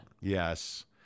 Yes